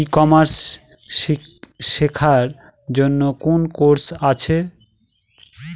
ই commerce শেক্ষার জন্য কোন কোর্স আছে?